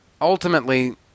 ultimately